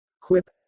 Quip